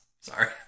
Sorry